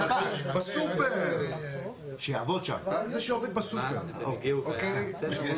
סעיפים 88-87. אנחנו משעה 10:00 עד השעה 12:20 בערך קיימנו כאן דיון